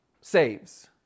saves